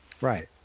Right